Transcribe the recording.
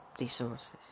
resources